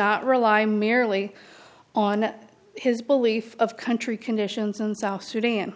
on merely on his belief of country conditions in south sudan